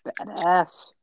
Badass